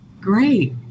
Great